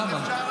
למה?